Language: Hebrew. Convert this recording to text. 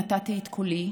נתתי את כולי.